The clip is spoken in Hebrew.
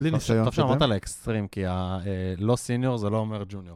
טוב שאמרת על האקסטרים כי לא סיניור זה לא אומר ג'וניור.